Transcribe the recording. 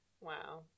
Wow